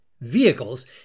vehicles